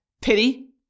Pity